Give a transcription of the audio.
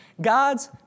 God's